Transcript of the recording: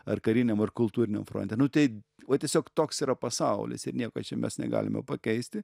ar kariniam ar kultūriniam fronte nu tai va tiesiog toks yra pasaulis ir nieko čia mes negalime pakeisti